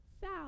south